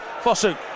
Fosu